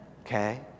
Okay